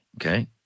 Okay